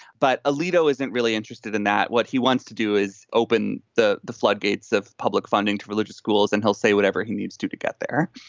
but alito isn't really interested in that. what he wants to do is open the the floodgates of public funding to religious schools and he'll say whatever he needs to to get there